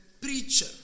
preacher